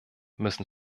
müssen